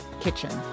kitchen